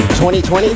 2020